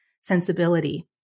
sensibility